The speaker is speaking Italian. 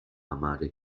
amare